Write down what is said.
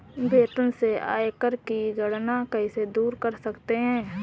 वेतन से आयकर की गणना कैसे दूर कर सकते है?